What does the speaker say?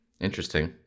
Interesting